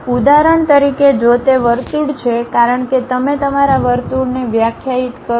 ઉદાહરણ તરીકે જો તે વર્તુળ છે કારણ કે તમે તમારા વર્તુળને વ્યાખ્યાયિત કરો છો